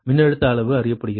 மின்னழுத்த அளவு அறியப்படுகிறது